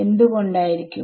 എന്ത്കൊണ്ടായിരിക്കും